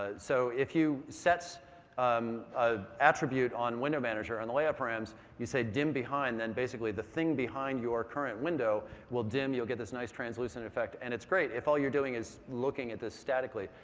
ah so if you set an um ah attribute on window manager and the layout params. you say dim behind. then, basically, the thing behind your current window will dim, you'll get this nice translucent effect. and it's great if all you're doing is looking at this statically.